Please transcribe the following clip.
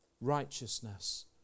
righteousness